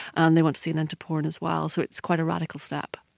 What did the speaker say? and they want to see an end to porn as well, so it's quite a radical step.